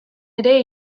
ere